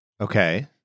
Okay